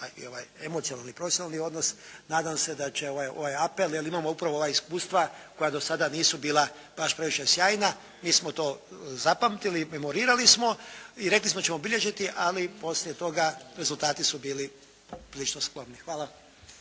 emocionalni i profesionalni odnos, nadam se da će ovaj apel jer imam upravo ova iskustva koja do sada nisu bila baš previše sjajna, mi smo to zapamtili, memorirali smo i rekli smo da ćemo obilježiti ali poslije toga rezultati su bili prilično skloni. Hvala.